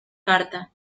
carta